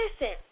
listen